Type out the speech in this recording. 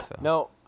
No